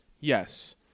Yes